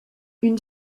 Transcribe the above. une